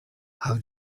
how